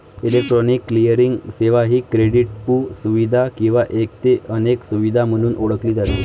electronic clearing सेवा ही क्रेडिटपू सुविधा किंवा एक ते अनेक सुविधा म्हणून ओळखली जाते